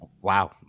Wow